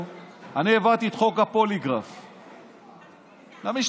אני העברתי את חוק הפוליגרף למשטרה.